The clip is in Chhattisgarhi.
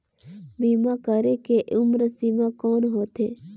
बीमा करे के उम्र सीमा कौन होथे?